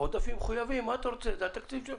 עודפים מחויבים וזה התקציב.